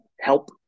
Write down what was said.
help